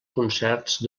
concerts